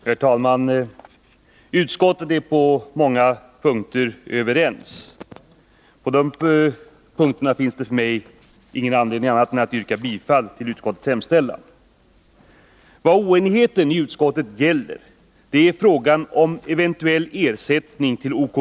Herr talman! Utskottet är överens på många punkter, och beträffande dessa finns det för mig ingen anledning att yrka annat än bifall till utskottets hemställan. Vad oenigheten i utskottet gäller är frågan om eventuell ersättning till OKG.